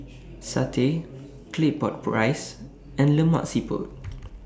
Satay Claypot Rice and Lemak Siput